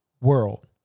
world